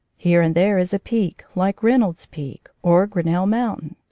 here and there is a peak, like reynolds peak or grinnell mountain,